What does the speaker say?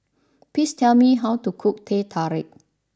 please tell me how to cook Teh Tarik